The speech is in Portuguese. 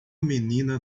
menina